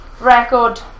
record